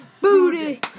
Booty